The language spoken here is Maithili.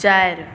चारि